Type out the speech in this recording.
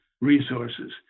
resources